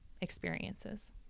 experiences